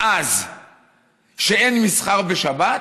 אז שאין מסחר בשבת,